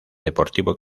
deportivo